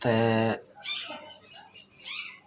ते